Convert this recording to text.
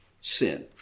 Sin